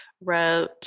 wrote